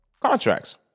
contracts